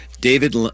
David